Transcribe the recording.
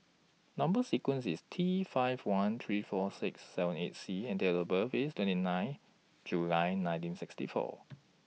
Number sequence IS T five one three four six seven eight C and Date of birth IS twenty nine July nineteen sixty four